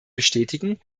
bestätigen